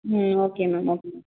ம் okay ma'am okay